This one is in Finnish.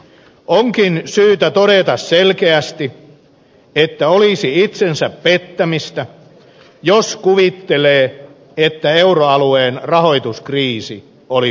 onkin syytä todeta selkeästi että olisi itsensä pettämistä jos kuvittelisi että euroalueen rahoituskriisi olisi ohi